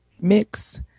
mix